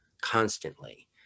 constantly